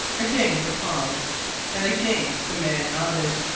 again the pause and again the man nodded.